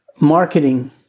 marketing